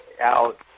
out